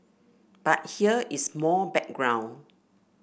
but here is more background